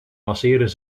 masseren